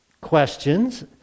questions